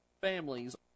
families